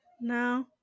No